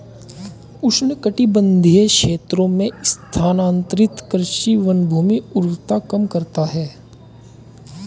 उष्णकटिबंधीय क्षेत्रों में स्थानांतरित कृषि वनभूमि उर्वरता कम करता है